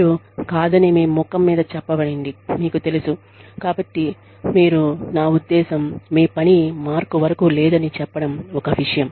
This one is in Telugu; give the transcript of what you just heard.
మీరు కాదని మీ ముఖం మీద చెప్పబడింది మీకు తెలుసు కాబట్టి మీరు నా ఉద్దేశ్యం మీ పని మార్క్ వరకు లేదని చెప్పడం ఒక విషయం